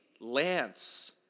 Lance